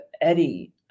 Eddie